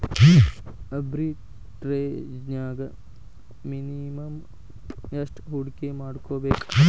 ಆರ್ಬಿಟ್ರೆಜ್ನ್ಯಾಗ್ ಮಿನಿಮಮ್ ಯೆಷ್ಟ್ ಹೂಡ್ಕಿಮಾಡ್ಬೇಕ್?